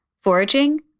foraging